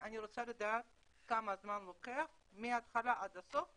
אני רוצה לדעת כמה זמן לוקח מהתחלה ועד הסוף,